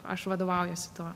aš vadovaujuosi tuo